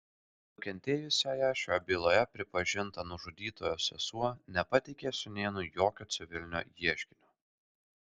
nukentėjusiąja šioje byloje pripažinta nužudytojo sesuo nepateikė sūnėnui jokio civilinio ieškinio